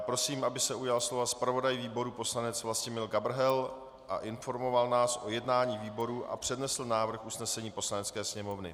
Prosím, aby se ujal slova zpravodaj výboru poslanec Vlastimil Gabrhel, informoval nás o jednání výboru a přednesl návrh usnesení Poslanecké sněmovny.